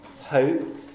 hope